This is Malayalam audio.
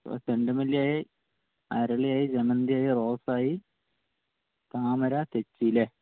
ചെണ്ടുമല്ലിയായി അരളിയായി ജമന്തി റോസ് ആയി താമര തെച്ചി അല്ലെ